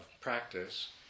practice